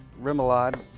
remoulade,